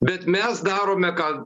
bet mes darome ką